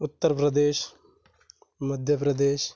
Uttar Pradesh Madhya Pradesh